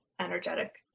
energetic